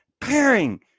pairing